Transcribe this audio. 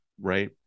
right